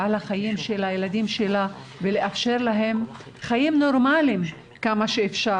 ועל חיי הילדים שלה ולאפשר להם חיים נורמליים כמה שאפשר,